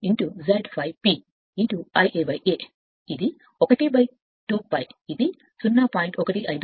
159 Z∅ P Ia A ఇది 1 2 π ఇది 0